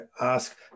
ask